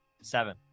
seven